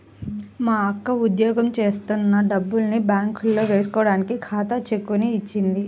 మా అక్క ఉద్యోగం జేత్తన్న డబ్బుల్ని బ్యేంకులో వేస్కోడానికి ఖాళీ చెక్కుని ఇచ్చింది